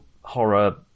horror